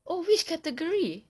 oh which category